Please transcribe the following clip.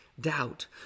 doubt